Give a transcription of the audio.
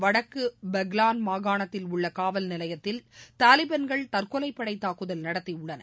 வடக்கு பஹலான் மாகாணத்தில் உள்ள காவல் நிலையத்தில் தாலிபான்கள் தற்கொலைப்படைத் தாக்குதல் நடத்தியுள்ளனர்